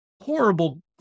Horrible